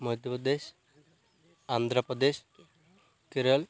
Madhya Pradesh Andhra Pradesh Kerala